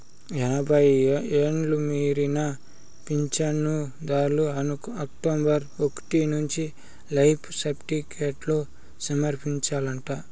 ఎనభై ఎండ్లు మీరిన పించనుదార్లు అక్టోబరు ఒకటి నుంచి లైఫ్ సర్టిఫికేట్లు సమర్పించాలంట